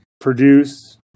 produce